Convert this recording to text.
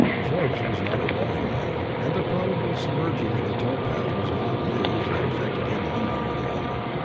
forbes was not a rowing man, and the probable submerging of the towpath was not news that affected him one way or the other.